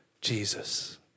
Jesus